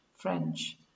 French